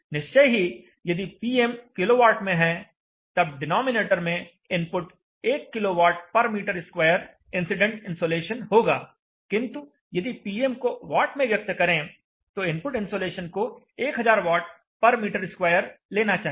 निश्चय ही यदि Pm किलोवाट में है तब डिनोमिनेटर में इनपुट 1 किलोवाट पर मीटर स्क्वायर इंसिडेंट इन्सोलेशन होगा किंतु यदि Pm को वाट में व्यक्त करें तो इनपुट इन्सोलेशन को1000 वाट पर मीटर स्क्वायर लेना चाहिए